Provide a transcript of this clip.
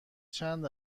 چند